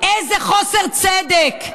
איזה חוסר צדק,